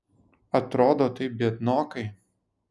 atrodo tai biednokai